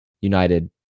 United